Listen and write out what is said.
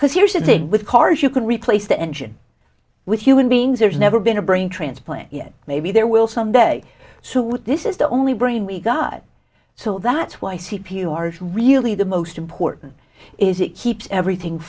because here's the thing with cars you can replace the engine with human beings there's never been a brain transplant yet maybe there will someday so this is the only brain we got so that's why c p u are really the most important is it keeps everything